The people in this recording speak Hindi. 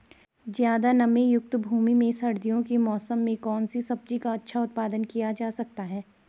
ज़्यादा नमीयुक्त भूमि में सर्दियों के मौसम में कौन सी सब्जी का अच्छा उत्पादन किया जा सकता है?